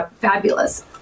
fabulous